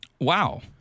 Wow